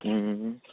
હા